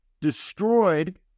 destroyed